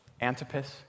Antipas